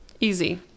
Easy